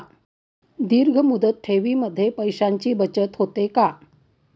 दीर्घ मुदत ठेवीमध्ये पैशांची बचत होते का?